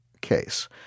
case